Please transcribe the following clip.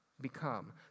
become